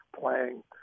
playing